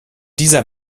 dieser